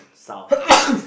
south